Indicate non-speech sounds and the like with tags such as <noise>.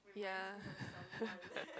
ya <laughs>